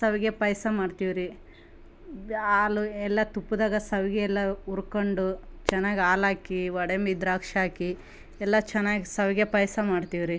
ಶಾವ್ಗೆ ಪಾಯಸ ಮಾಡ್ತೀವ್ರಿ ಬ್ಯಾ ಹಾಲು ಎಲ್ಲ ತುಪ್ಪದಾಗ ಶಾವ್ಗಿಯೆಲ್ಲ ಹುರ್ಕಂಡು ಚೆನ್ನಾಗಿ ಹಾಲ್ ಹಾಕಿ ಗೋಡಂಬಿ ದ್ರಾಕ್ಷಿ ಹಾಕಿ ಎಲ್ಲ ಚೆನ್ನಾಗಿ ಶಾವ್ಗಿ ಪಾಯಸ ಮಾಡ್ತೀವ್ರಿ